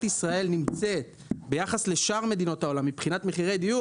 ישראל נמצאת ביחס לשאר מדינות העולם מבחינת מחירי דיור,